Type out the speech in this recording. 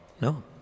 No